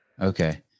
okay